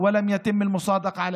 בבקשה, שר המשפטים.